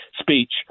speech